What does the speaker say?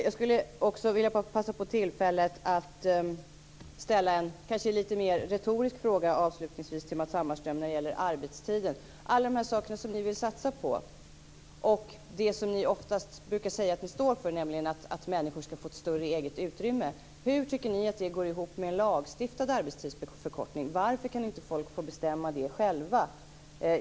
Jag skulle avslutningsvis också vilja passa på tillfället att ställa en lite mer retorisk fråga till Matz Hammarström om arbetstiden. Hur tycker ni att alla de saker som ni vill satsa på och det som ni ofta brukar säga att ni står för, nämligen att människor ska få ett större eget utrymme, går ihop med en lagstiftad arbetstidsförkortning? Varför kan inte folk få bestämma det själva?